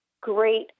great